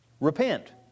repent